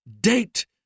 date